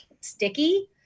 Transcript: sticky